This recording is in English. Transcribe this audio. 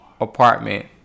apartment